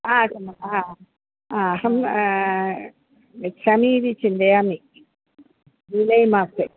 आ अहं गच्छामि इति चिन्तयामि जुलै मासे